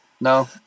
No